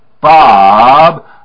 Bob